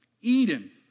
Eden